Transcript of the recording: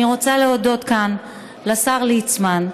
אני רוצה להודות כאן לשר ליצמן,